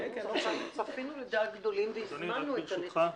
צפינו לדעת גדולים והזמנו את הנציגים.